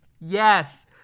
Yes